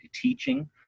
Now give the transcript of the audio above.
teaching